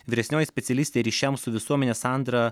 vyresnioji specialistė ryšiams su visuomene sandra